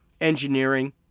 engineering